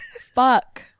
fuck